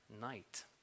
night